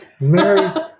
Mary